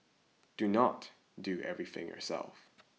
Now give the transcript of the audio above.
do not do everything yourself